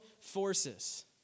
forces